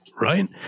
right